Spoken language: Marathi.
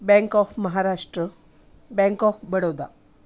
bank of Maharashtra bank of Baroda